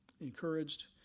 encouraged